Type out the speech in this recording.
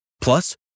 Plus